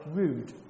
rude